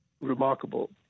remarkable